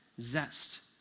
zest